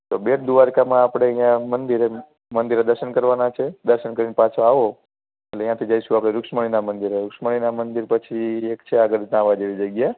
તો બેટ દ્વારકામાં આપણે ત્યાં મંદિરે મંદિરે દર્શન કરવાનાં છે દર્શન કરીને પાછા આવો એટલે ત્યાંથી આપણે જઈશું રુક્ષ્મણીના મંદિરે રુક્ષ્મણીના મંદિરે પછી એક છે આગળ ન્હાવા જેવી જગ્યા છે